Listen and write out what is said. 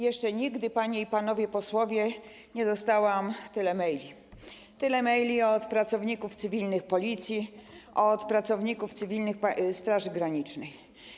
Jeszcze nigdy, panie i panowie posłowie, nie dostałam tylu maili od pracowników cywilnych Policji, od pracowników cywilnych Straży Granicznej.